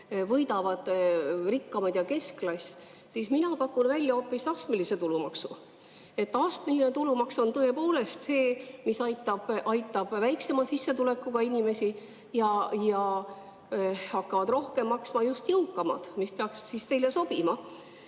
võidavad rikkamad ja keskklass, siis mina pakun välja hoopis astmelise tulumaksu. Astmeline tulumaks on tõepoolest see, mis aitab väiksema sissetulekuga inimesi. Rohkem hakkavad maksma just jõukamad, mis peaks teile sobima.